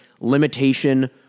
limitation